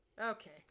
Okay